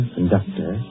conductor